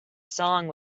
song